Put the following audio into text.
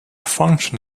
function